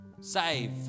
Save